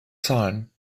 zahlen